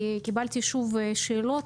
כי קיבלתי שוב שאלות.